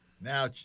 now